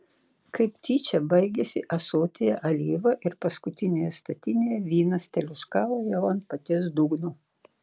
kaip tyčia baigėsi ąsotyje alyva ir paskutinėje statinėje vynas teliūškavo jau ant paties dugno